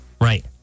Right